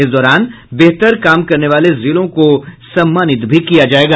इस दौरान बेहतर काम करने वाले जिलों को सम्मानित भी किया जायेगा